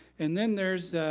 and then there's